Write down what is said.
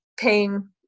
paying